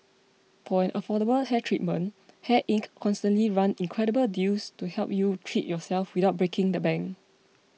for an affordable hair treatment Hair Inc constantly run incredible deals to help you treat yourself without breaking the bank